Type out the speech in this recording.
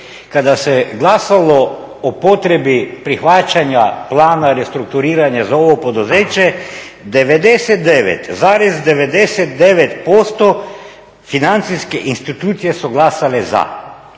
Kada se glasalo o potrebi prihvaćanja plana restrukturiranja za ovo poduzeće 99,99% financijske institucije su glasale za